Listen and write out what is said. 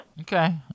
Okay